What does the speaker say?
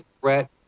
threat